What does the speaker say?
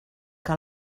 que